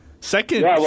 Second